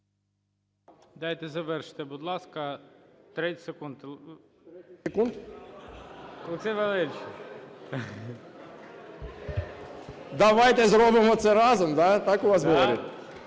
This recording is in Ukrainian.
Давайте зробимо це разом, да, так у вас говорять?